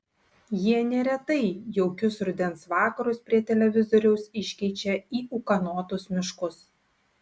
jie neretai jaukius rudens vakarus prie televizoriaus iškeičia į ūkanotus miškus